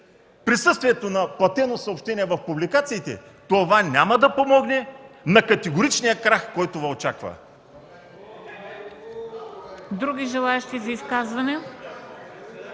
присъствието на платено съобщение в публикациите, това няма да помогне на категоричния крах, който Ви очаква.